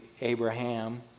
Abraham